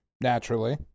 Naturally